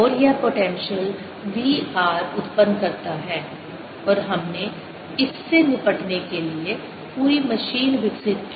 और यह potential v r उत्पन्न करता है और हमने इससे निपटने के लिए पूरी मशीन विकसित की